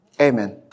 amen